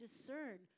discern